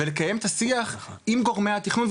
ולקיים את השיח עם גורמי התכנון,